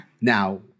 Now-